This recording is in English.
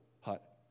hut